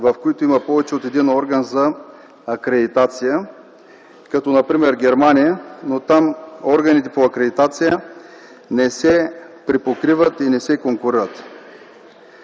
в които има повече от един орган за акредитация, като например Германия, но там органите по акредитация не се припокриват и не се конкурират.